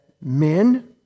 men